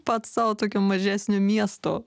pats sau tokio mažesnio miesto